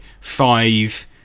five